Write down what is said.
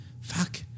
fuck